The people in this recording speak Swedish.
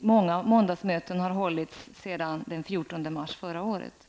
Många måndagsmöten har hållits sedan den 14 mars förra året.